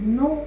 no